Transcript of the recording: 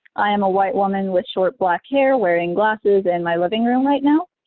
i am a white woman with short black hair wearing glasses, in my living room right now,